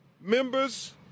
members